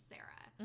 Sarah